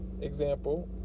example